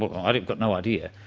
ah i've got no idea.